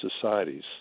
societies